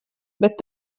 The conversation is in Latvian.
bet